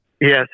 Yes